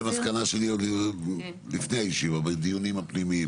זו מסקנה שלי עוד לפני הישיבה, בדיונים הפנימיים.